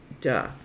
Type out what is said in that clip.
Duh